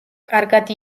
კარგად